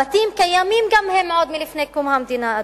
הבתים קיימים גם הם עוד מלפני קום המדינה,